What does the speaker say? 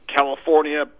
California